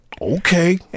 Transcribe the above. okay